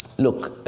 look,